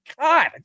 God